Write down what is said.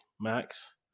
max